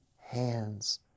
hands